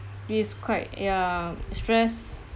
is quite ya stress